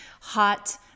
hot